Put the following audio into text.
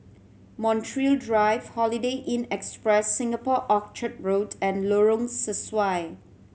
Montreal Drive Holiday Inn Express Singapore Orchard Road and Lorong Sesuai